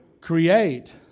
create